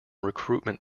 recruitment